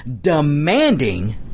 demanding